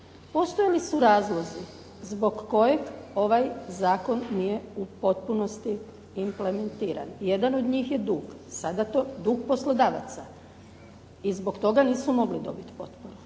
postojali su razlozi zbog kojeg ovaj zakon nije u potpunosti implementiran. Jedan od njih je dug. Sada to, dug poslodavaca, i zbog toga nisu mogli dobiti potporu.